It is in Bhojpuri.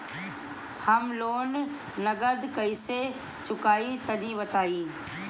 हम लोन नगद कइसे चूकाई तनि बताईं?